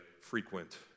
frequent